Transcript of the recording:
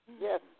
Yes